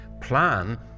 plan